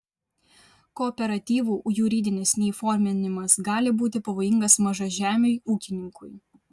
kooperatyvų juridinis neįforminimas gali būti pavojingas mažažemiui ūkininkui